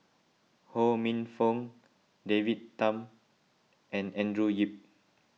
Ho Minfong David Tham and Andrew Yip